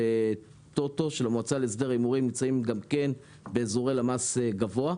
הטוטו נמצאים גם כן באזורי למ"ס גבוהים.